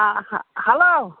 آ ہیٚلو